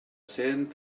cent